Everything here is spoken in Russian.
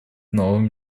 новым